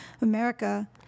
America